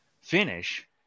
finish